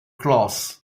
cloth